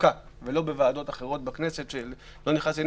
חוקה ולא בוועדות אחרות בכנסת כי זה חוק